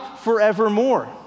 forevermore